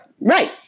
right